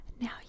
now